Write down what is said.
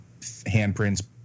handprints